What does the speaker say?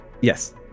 Yes